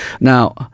Now